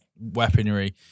weaponry